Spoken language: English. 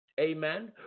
amen